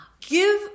give